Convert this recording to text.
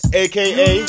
aka